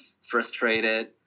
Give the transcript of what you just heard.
frustrated